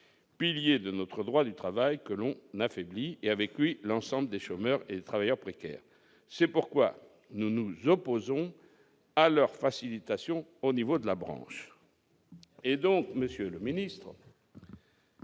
pilier de notre droit du travail que l'on n'affaiblit et avec lui l'ensemble des chômeurs et travailleurs précaires, c'est pourquoi nous nous opposons. à leur facilitation au niveau de la branche et donc Monsieur le Ministre.